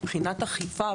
מבחינת אכיפה,